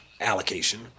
allocation